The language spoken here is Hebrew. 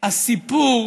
הסיפור